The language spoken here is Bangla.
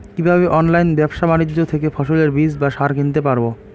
কীভাবে অনলাইন ব্যাবসা বাণিজ্য থেকে ফসলের বীজ বা সার কিনতে পারবো?